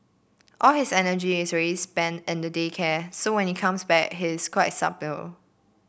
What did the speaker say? all his energy is already spent in the day care so when he comes back he is quite subdued